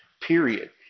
period